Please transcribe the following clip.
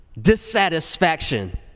dissatisfaction